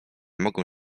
mogą